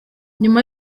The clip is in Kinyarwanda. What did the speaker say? nyuma